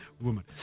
woman